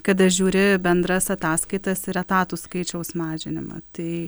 kada žiūri bendras ataskaitas ir etatų skaičiaus mažinimą tai